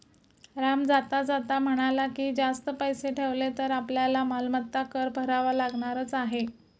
राम जाता जाता म्हणाला की, जास्त पैसे ठेवले तर आपल्याला मालमत्ता कर भरावा लागणारच आहे